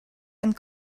and